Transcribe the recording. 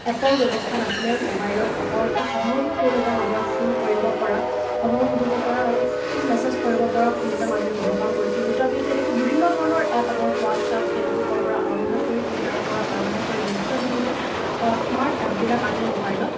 এপৰ ব্যৱস্থা নাছিলে মোবাইলত অকল এটা সাধাৰণ ফোন এটা মানুহে ফোন কৰিব পৰা খবৰ সুধিব পৰা আৰু বাচ মেছেজ কৰিব পৰা ফোন এটা মানুহে ব্যৱহাৰ কৰিছিল কিন্তু আমি এতিয়া দেখোঁ বিভিন্ন ধৰণৰ এপ আমাৰ হোৱাটছাপ ফেচবুকৰ পৰা আৰম্ভ কৰি টুইটাৰৰ পৰা আৰম্ভ কৰি বিভিন্ন ধৰণৰ স্মাৰ্ট এপবিলাক আজিৰ মোবাইলত